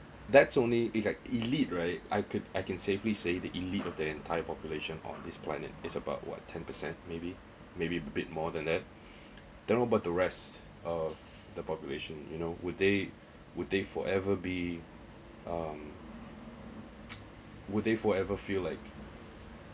that's only like elite right I can I can safely say the elite of the entire population of this planet is about what ten percent maybe maybe a bit more than that don't know about the rest but the rest of the population you know would they would take forever be um would they forever feel like